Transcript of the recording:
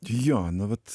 jo nu vat